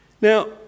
Now